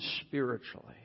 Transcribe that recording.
spiritually